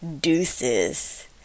Deuces